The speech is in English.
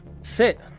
Sit